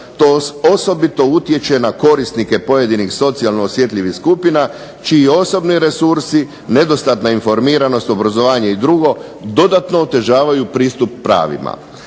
to osobito utječe na korisnike pojedinih socijalno osjetljivih skupina čiji osobni resursi, nedostatna informiranost, obrazovanje i drugo dodatno otežavanju pristup pravima.